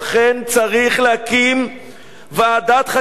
צריך להקים ועדת חקירה.